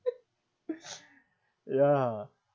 yeah